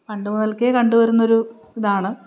പണ്ടു മുതൽക്കേ കണ്ടുവരുന്നൊരു ഇതാണ്